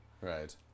Right